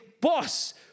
boss